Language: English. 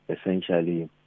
essentially